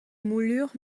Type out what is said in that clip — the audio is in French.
moulures